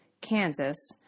Kansas